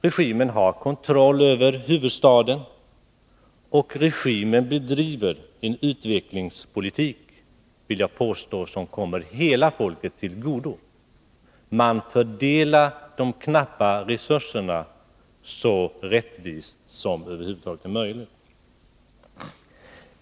Regimen har kontroll över huvudstaden, och regimen bedriver en utvecklingspolitik som, det vill jag påstå, kommer hela folket till godo. Man fördelar de knappa resurserna så rättvist som det över huvud taget är möjligt.